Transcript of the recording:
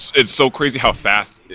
it's so crazy. how fast,